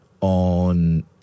on